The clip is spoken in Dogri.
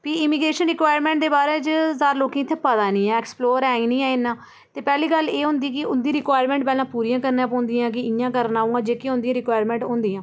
भी इमिग्रेशन रिक्वायरमेंट दे बारै च जादा लोकें ई इ'त्थें पता निं ऐ एक्सप्लोर ऐ ई निं ऐ इ'न्ना ते पैह्ली गल्ल एह् होंदी कि उं'दी रिक्वायरमेंट पैह्लें पूरियां करना पौंदियां की इ'यां करना उ'आं जेह्कियां उं'दियां रिक्वायरमेंट होंदियां